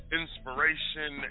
inspiration